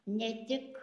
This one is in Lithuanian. ne tik